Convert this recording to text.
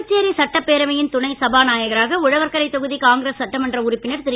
புதுச்சேரி சட்டப்பேரவையின் துணை சபாநாயகராக உழவர்கரை தொகுதி காங்கிரஸ் சட்டமன்ற உறுப்பினர் திரு